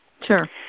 Sure